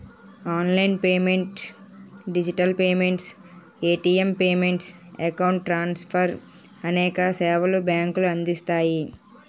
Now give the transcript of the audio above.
online payments digital payments, ATM payments, account transfer అనేక సేవలు బ్యాంకులు అందిస్తాయి